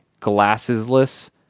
glassesless